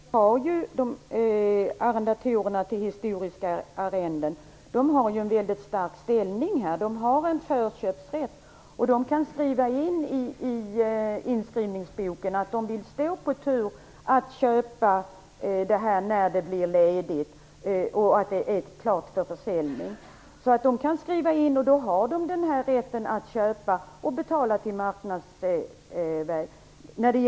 Fru talman! När det gäller köp har ju arrendatorerna på historiska arrenden en väldigt stark ställning. De har förköpsrätt och kan skriva in i inskrivningsboken att de vill stå på tur att köpa när det blir ledigt och klart för försäljning. Då har de rätten att köpa till marknadsvärde.